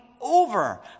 over